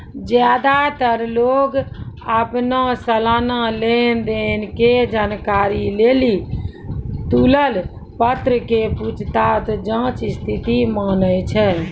ज्यादातर लोग अपनो सलाना लेन देन के जानकारी लेली तुलन पत्र के पूछताछ जांच स्थिति मानै छै